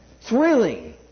thrilling